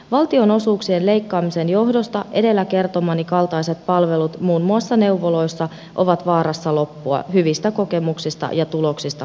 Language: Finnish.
valtionosuuksien leikkaamisen johdosta edellä kertomani kaltaiset palvelut muun muassa neuvoloissa ovat vaarassa loppua hyvistä kokemuksista ja tuloksista huolimatta